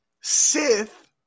Sith